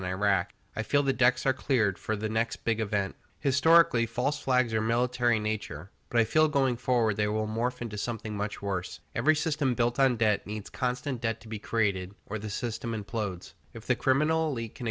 in iraq i feel the decks are cleared for the next big event historically false flags or military nature but i feel going forward they will morph into something much worse every system built on debt needs constant debt to be created or the system implodes if the criminal